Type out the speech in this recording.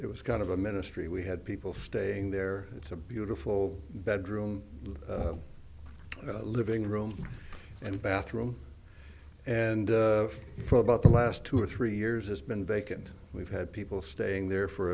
it was kind of a ministry we had people staying there it's a beautiful bedroom living room and bathroom and for about the last two or three years it's been vacant we've had people staying there for